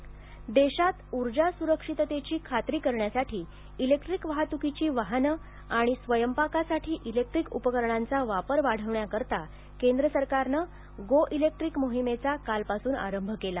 गडकरी देशात ऊर्जा सुरक्षिततेची खात्री करण्यासाठी इलेक्ट्रीक वाहतुकीची वाहनं आणि स्वयंपाकासाठी इलेक्ट्रीक उपकरणांचा वापर वाढविण्याकरिता केंद्र सरकारनं गो इलेक्ट्रीक मोहिमेचा कालपासून आरंभ केला